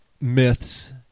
myths